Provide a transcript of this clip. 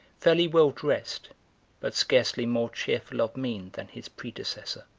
fairly well dressed but scarcely more cheerful of mien than his predecessor.